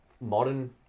modern